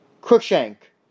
Crookshank